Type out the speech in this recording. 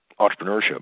entrepreneurship